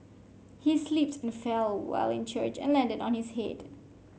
he slipped and fell while in church and landed on his head